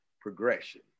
progression